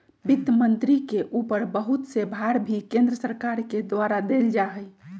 वित्त मन्त्री के ऊपर बहुत से भार भी केन्द्र सरकार के द्वारा देल जा हई